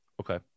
Okay